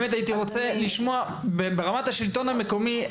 הייתי רוצה לשמוע ברמת השלטון המקומי,